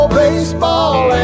baseball